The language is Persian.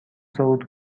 صعود